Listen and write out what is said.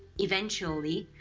eventually,